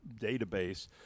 database